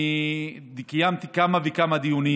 אני קיימתי כמה וכמה דיונים.